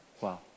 Wow